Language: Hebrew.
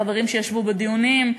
וחברים שישבו בדיונים,